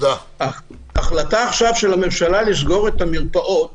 ההחלטה של הממשלה לסגור את המרפאות